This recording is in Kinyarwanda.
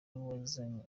wazanye